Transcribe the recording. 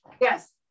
Yes